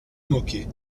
môquet